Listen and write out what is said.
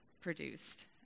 produced